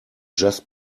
just